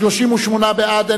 38 בעד,